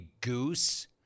goose